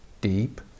deep